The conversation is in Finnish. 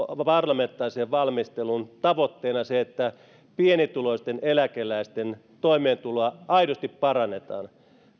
parlamentaariseen valmisteluun tavoitteena se että pienituloisten eläkeläisten toimeentuloa aidosti parannetaan